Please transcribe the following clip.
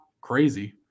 crazy